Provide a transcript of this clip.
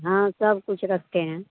हाँ सब कुछ रखते हैं